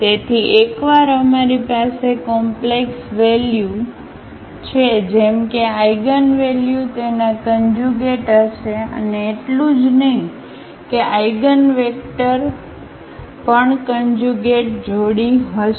તેથી એકવાર અમારી પાસે કોમ્પ્લેક્સ વેલ્યુ છે જેમ કે આઇગનવેલ્યુ તેના કન્જ્યુગેટ હશે અને એટલું જ નહીં કે આઇગનવેક્ટર પણ કન્જ્યુગેટ જોડી હશે